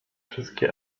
wszystkie